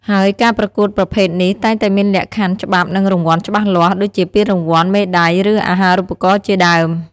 ហើយការប្រកួតប្រភេទនេះតែងតែមានលក្ខខណ្ឌ ច្បាប់ និងរង្វាន់ច្បាស់លាស់ ដូចជាពានរង្វាន់ មេដាយ ឬអាហារូបករណ៍ជាដើម។